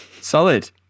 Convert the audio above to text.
Solid